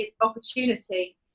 opportunity